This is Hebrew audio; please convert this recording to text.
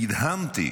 ונדהמתי.